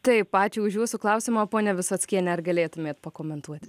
taip ačiū už jūsų klausimą ponia visockiene ar galėtumėt pakomentuoti